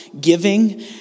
giving